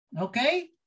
okay